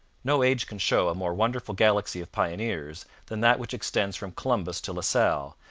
no age can show a more wonderful galaxy of pioneers than that which extends from columbus to la salle,